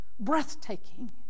Breathtaking